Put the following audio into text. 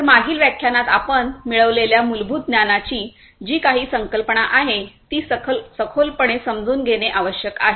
तर मागील व्याख्यानात आपण मिळवलेल्या मूलभूत ज्ञानाची जी काही संकल्पना आहे ती सखोलपणे समजून घेणे आवश्यक आहे